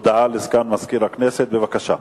הודעה לסגן מזכירת הכנסת, בבקשה.